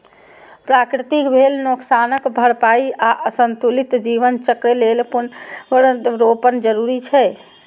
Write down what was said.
प्रकृतिक भेल नोकसानक भरपाइ आ संतुलित जीवन चक्र लेल पुनर्वनरोपण जरूरी छै